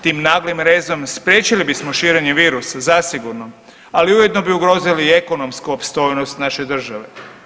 Tim naglim rezom spriječili bismo širenje virusa zasigurno, ali ujedno bi ugrozili i ekonomsku opstojnost naše države.